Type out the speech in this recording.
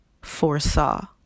foresaw